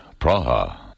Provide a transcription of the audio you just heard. Praha